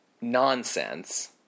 nonsense